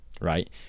right